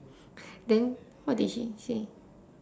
then what did she say